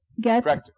get